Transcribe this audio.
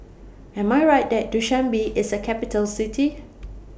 Am I Right that Dushanbe IS A Capital City